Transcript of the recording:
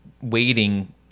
waiting